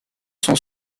sont